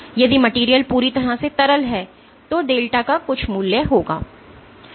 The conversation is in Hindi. यदि मटेरियल पूरी तरह से तरल है तो डेल्टा का कुछ मूल्य होगा